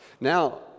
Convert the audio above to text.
Now